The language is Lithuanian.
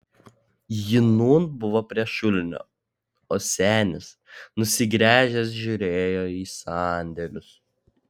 ji nūn buvo prie šulinio o senis nusigręžęs žiūrėjo į sandėlius